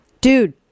dude